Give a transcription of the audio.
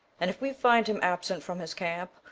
and, if we find him absent from his camp,